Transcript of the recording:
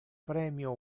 premio